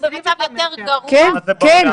כן, כן.